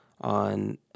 on